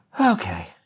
okay